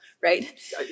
Right